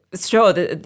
sure